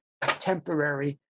temporary